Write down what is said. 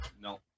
No